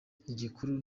igikuru